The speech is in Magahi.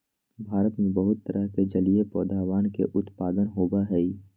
भारत में बहुत तरह के जलीय पौधवन के उत्पादन होबा हई